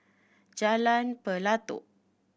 Jalan Pelatok